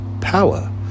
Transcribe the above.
power